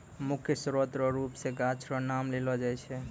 मुख्य स्रोत रो रुप मे गाछ रो नाम लेलो जाय छै